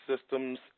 Systems